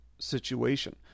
situation